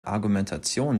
argumentation